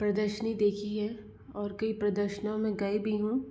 प्रदर्शनी देखी है और कई प्रदर्शनियों में गई भी हूँ